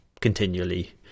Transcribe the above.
continually